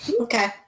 Okay